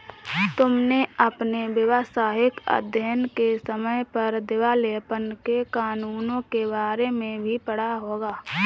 तुमने अपने व्यावसायिक अध्ययन के समय पर दिवालेपन के कानूनों के बारे में भी पढ़ा होगा